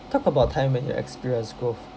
talk about a time when you experienced growth